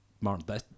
Martin